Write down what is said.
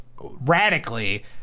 radically